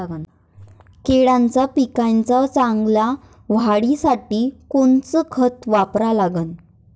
केळाच्या पिकाच्या चांगल्या वाढीसाठी कोनचं खत वापरा लागन?